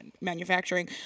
manufacturing